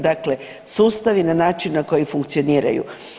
Dakle, sustav i na način na koji funkcioniraju.